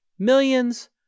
Millions